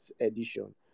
edition